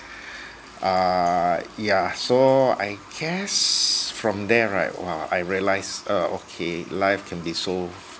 err yeah so I guess from there right !wah! I realise uh okay life can be so